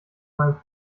meinem